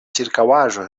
ĉirkaŭaĵo